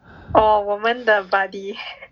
哦我们的 buddy